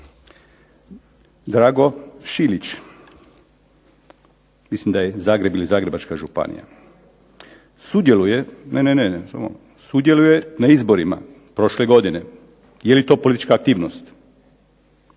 Drago Šilić, mislim da je Zagreb ili Zagrebačka županija, sudjeluje na izborima prošle godine. Je li to politička aktivnost?